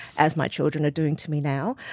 as my children are doing to me now.